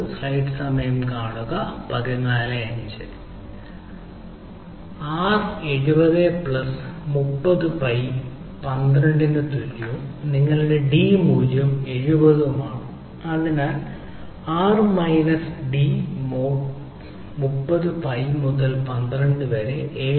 R 70 plus 30 പൈക്ക് 12 ന് തുല്യവും നിങ്ങളുടെ ഡി മൂല്യം 70 ഉം ആണ് അതിനാൽ R minus D mod 30 pi മുതൽ 12 വരെ 7